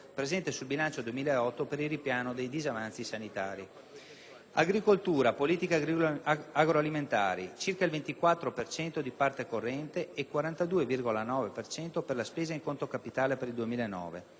presente sul bilancio 2008 per il ripiano dei disavanzi sanitari); agricoltura e politiche agroalimentari (circa il 24 per cento di parte corrente e 42,9 per la spesa in conto capitale per il 2009);